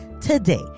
today